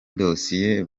dosiye